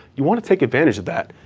you want to take advantage of that.